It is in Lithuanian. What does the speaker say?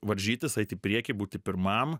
varžytis eiti į priekį būti pirmam